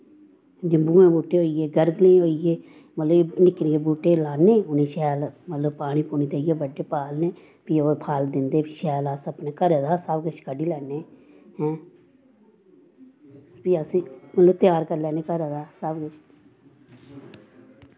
निम्बुएं दे बूह्टे होइये गर्गलें दे होईये मतलव निक्के निक्के बूह्टे लान्ने उनें शैल मतलव पानी पूनी देईयै बड्डे पालने फ्ही ओह् फल दिंदे फ्ही शैल अस अपने घरे दा गै सब किश क'ड्ढी लैन्ने फ्ही अस मतलव त्यार करी लैन्ने घरे दा सब किश